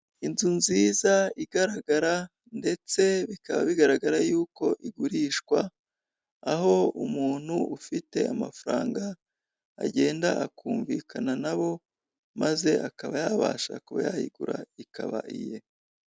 Inzu nziza igaragara, ndetse bikaba bigaragara y'uko igurishwa, aho umuntu ufite amafaranga agenda akumvikana nabo, maze akaba yabasha kuba yayigura ikaba iye.